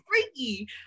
freaky